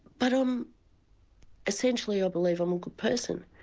but i'm essentially i believe, i'm a good person.